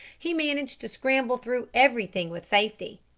he managed to scramble through everything with safety,